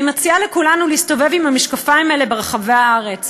אני מציעה לכולנו להסתובב עם המשקפיים האלה ברחבי הארץ.